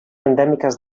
endèmiques